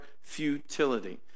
futility